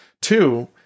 Two